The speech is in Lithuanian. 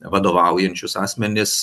vadovaujančius asmenis